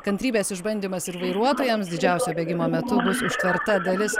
kantrybės išbandymas vairuotojams didžiausia bėgimo metu užtverta dalis